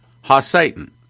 Ha-Satan